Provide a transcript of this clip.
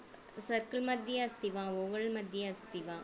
सर्कल्मध्ये अस्ति वा ओवल्मध्ये अस्ति वा